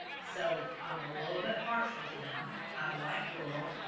so i'm a little bit partial to them. i like rural,